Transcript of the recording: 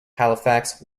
halifax